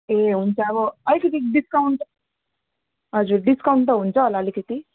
ए हुन्छ अब अलिकति डिस्काउन्ट हजुर डिस्काउन्ट त हुन्छ होला अलिकति